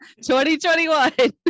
2021